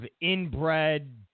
inbred